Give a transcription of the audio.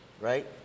right